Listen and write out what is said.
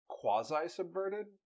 quasi-subverted